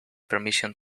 permission